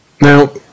Now